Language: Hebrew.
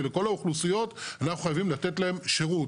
ולכל האוכלוסיות אנחנו חייבים לתת להם שירות,